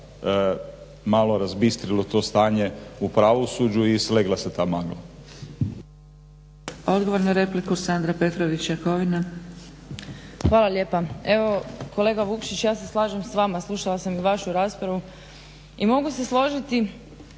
malo razbistrilo to stanje u pravosuđu i slegla se ta magla.